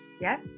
yes